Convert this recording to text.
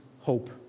hope